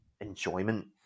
enjoyment